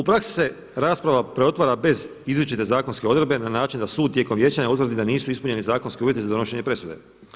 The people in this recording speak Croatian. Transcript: U praksi se rasprava preotvara bez izričite zakonske odredbe na način da sud tijekom vijećanja utvrdi da nisu ispunjeni zakonski uvjeti za donošenje presude.